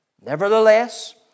Nevertheless